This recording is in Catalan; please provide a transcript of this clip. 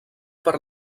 per